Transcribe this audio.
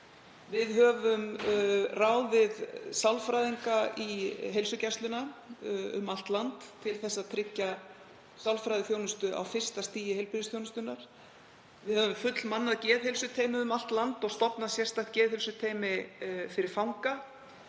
Við höfum ráðið sálfræðinga í heilsugæsluna um allt land til að tryggja sálfræðiþjónustu á fyrsta stigi heilbrigðisþjónustunnar. Við höfum fullmannað geðheilsuteymi um allt land og stofnað sérstakt geðheilsuteymi fyrir fanga.